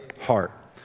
heart